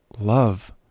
love